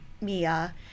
Mia